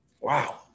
Wow